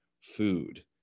food